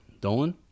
dolan